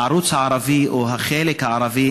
הערוץ הערבי או החלק הערבי,